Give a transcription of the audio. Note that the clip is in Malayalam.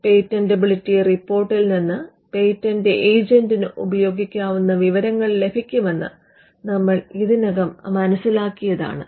പേറ്റന്റബിലിറ്റി റിപ്പോർട്ടിൽ നിന്ന് പേറ്റന്റ് ഏജന്റിന്ന് ഉപയോഗിക്കാവുന്ന വിവരങ്ങൾ ലഭിക്കും എന്ന് നമ്മൾ ഇതിനകം മനസിലാക്കിയതാണ്